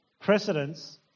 precedence